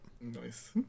Nice